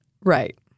Right